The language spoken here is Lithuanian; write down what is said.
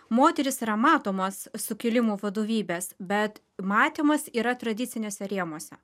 moterys yra matomos sukilimo vadovybės bet matymas yra tradiciniuose rėmuose